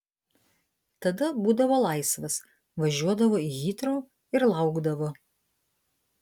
tada būdavo laisvas važiuodavo į hitrou ir laukdavo